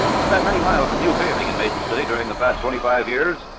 we've had many miles of new building in mason city during the past twenty five years,